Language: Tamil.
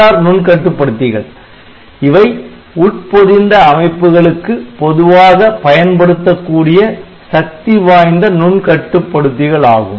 AVR நுண் கட்டுப்படுத்திகள் இவை உட்பொதிந்த அமைப்புகளுக்கு பொதுவாக பயன்படுத்தக்கூடிய சக்திவாய்ந்த நுண் கட்டுப்படுத்திகள் ஆகும்